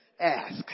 ask